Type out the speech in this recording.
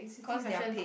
cause they are paid